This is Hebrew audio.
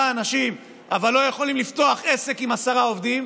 אנשים אבל לא יכולים לפתוח עסק עם עשרה עובדים.